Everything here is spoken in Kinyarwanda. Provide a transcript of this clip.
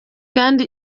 kandi